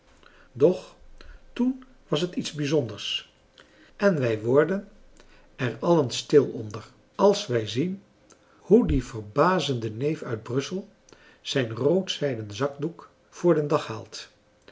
doch toen was het iets bijzonders en wij worden er allen stil onder als wij zien hoe die verbazende neef uit brussel zijn roodzijden zakdoek voor den dag haalt